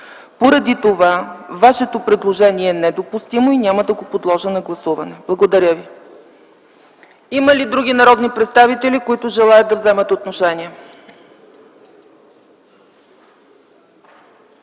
Поради това Вашето предложение е недопустимо и няма да го подложа на гласуване. Благодаря Ви. Има ли други народни представители, които желаят да вземат отношение?